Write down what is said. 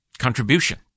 contribution